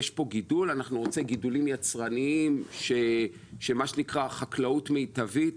יש פה גידול"; אנחנו נרצה גידולים יצרניים חקלאות מיטבית,